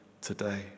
today